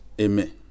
Amen